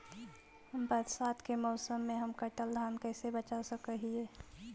बरसात के मौसम में हम कटल धान कैसे बचा सक हिय?